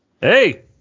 Hey